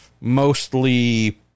mostly